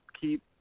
keep